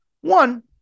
One